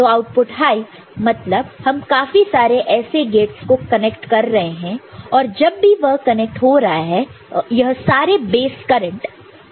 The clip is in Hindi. तो आउटपुट हाई मतलब हम काफी सारे ऐसे गेट्सको कनेक्ट कर रहे हैं और जब भी वह कनेक्ट हो रहा है यह सारे बेस करंट ड्रॉ कर रहे हैं